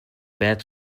bad